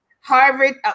Harvard